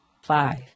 Five